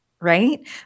right